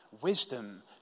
Wisdom